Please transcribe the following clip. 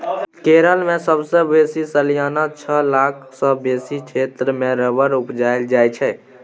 केरल मे सबसँ बेसी सलियाना छअ लाख सँ बेसी क्षेत्र मे रबर उपजाएल जाइ छै